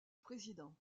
président